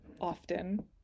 often